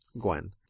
Gwen